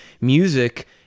music